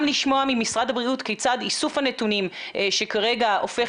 גם לשמוע ממשרד הבריאות כיצד איסוף הנתונים שכרגע הופך